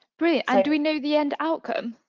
great, and do we know the end outcome?